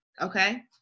okay